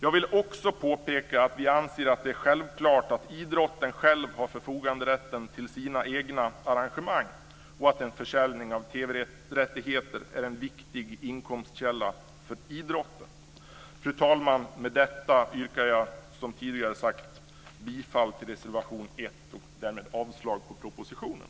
Jag vill också påpeka att vi anser att det är självklart att idrotten själv har förfoganderätten till sina egna arrangemang och att en försäljning av TV-rättigheter är en viktig inkomstkälla för idrotten. Fru talman! Med detta yrkar jag, som jag tidigare sagt, bifall till reservation 1 och därmed avslag på propositionen.